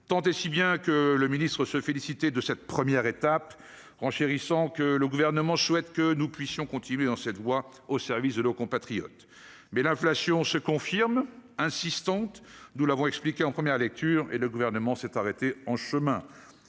Tant et si bien que le ministre se félicitait de « cette première étape », renchérissant en ces termes :« Le Gouvernement souhaite que nous puissions continuer dans cette voie au service de nos compatriotes. » Mais l'inflation se confirme, insistante- nous l'avons expliqué en première lecture -, et le Gouvernement s'est arrêté en chemin.